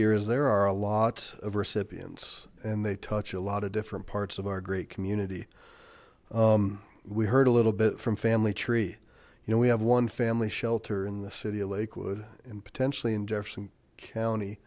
year is there are a lot of recipients and they touch a lot of different parts of our great community we heard a little bit from family tree you know we have one family shelter in the city of lakewood in potentially in jefferson county